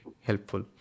helpful